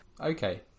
okay